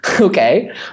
okay